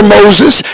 Moses